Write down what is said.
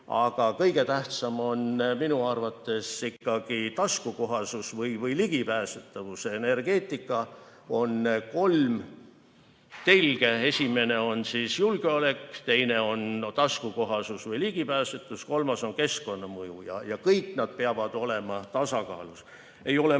Aga kõige tähtsam on minu arvates ikkagi taskukohasus ehk ligipääsetavus. Energeetikal on kolm telge: esimene on julgeolek, teine on taskukohasus ehk ligipääsetavus ning kolmas on keskkonnamõju. Kõik nad peavad olema tasakaalus. Ei ole mõtet